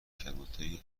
کلانتری